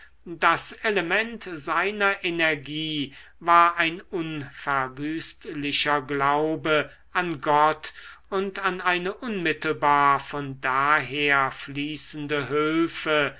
das element seiner energie war ein unverwüstlicher glaube an gott und an eine unmittelbar von daher fließende hülfe